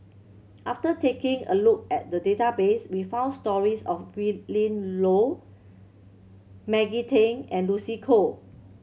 after taking a look at the database we found stories of Willin Low Maggie Teng and Lucy Koh